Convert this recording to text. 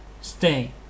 Stay